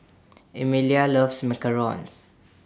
Emilia loves Macarons